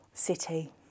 City